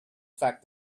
fact